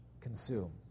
consume